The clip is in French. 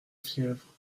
fièvre